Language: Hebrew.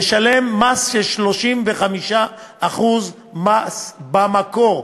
ישלם 35% מס במקור,